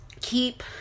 keep